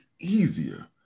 easier